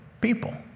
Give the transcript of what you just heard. people